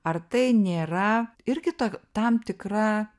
ar tai nėra irgi ta tam tikra